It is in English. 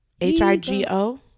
H-I-G-O